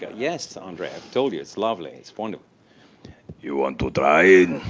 yes, andre. i've told you. it's lovely. it's wonderful. you want to try it?